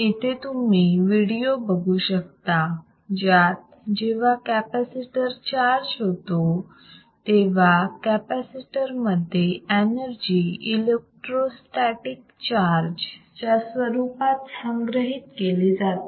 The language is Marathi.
इथे तुम्ही व्हिडिओ बघू शकता ज्यात जेव्हा कॅपॅसिटर चार्ज होतो तेव्हा कॅपॅसिटर मध्ये एनर्जी इलेक्ट्रोस्टॅटीक चार्ज च्या स्वरूपात संग्रहित केली जाते